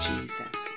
Jesus